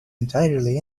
entirely